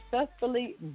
successfully